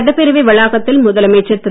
சட்டப்பேரவை வளாகத்தில் முதலமைச்சர் திரு